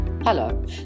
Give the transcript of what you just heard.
hello